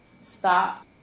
stop